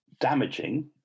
damaging